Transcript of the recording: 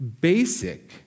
basic